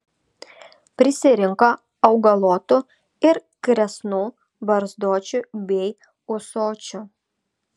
prisirinko augalotų ir kresnų barzdočių bei ūsočių